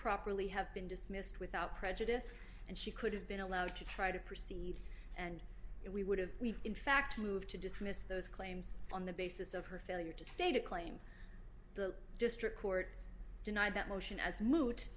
properly have been dismissed without prejudice and she could have been allowed to try to proceed and we would have in fact moved to dismiss those claims on the basis of her failure to state a claim the district court denied that motion as moot